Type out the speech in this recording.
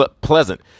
pleasant